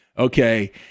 Okay